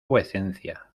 vuecencia